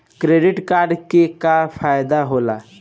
Credit card के का फायदा होला?